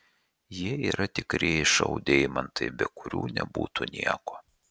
jie yra tikrieji šou deimantai be kurių nebūtų nieko